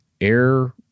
air